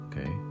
Okay